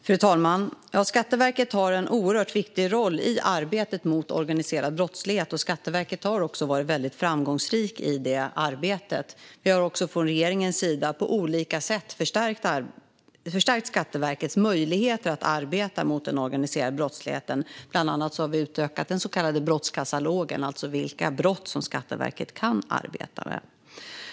Fru talman! Ja, Skatteverket har en oerhört viktig roll i arbetet mot organiserad brottslighet och har också varit mycket framgångsrikt i det arbetet. Från regeringens sida har vi på olika sätt förstärkt Skatteverkets möjligheter att arbeta mot den organiserade brottsligheten. Bland annat har vi utökat den så kallade brottskatalogen, alltså vilka brott som Skatteverket kan arbeta med.